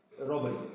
robbery